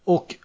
Och